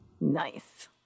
Nice